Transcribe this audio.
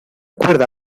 cuerda